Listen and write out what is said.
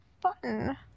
button